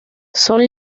son